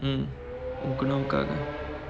mm உன் கனவுக்காக:un kanavukkaaga